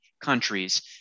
countries